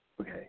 Okay